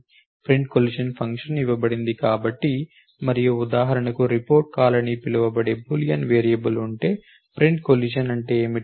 print collision function ఇవ్వబడింది మరియు ఉదాహరణకు రిపోర్ట్ కాల్ అని పిలువబడే బూలియన్ వేరియబుల్ ఉంటే ప్రింట్ కొలిషన్ అంటే ఏమిటి